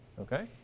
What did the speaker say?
Okay